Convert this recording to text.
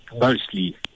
Mostly